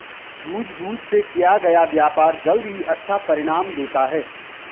सूझबूझ से किया गया व्यापार जल्द ही अच्छा परिणाम देता है